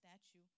statue